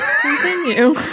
Continue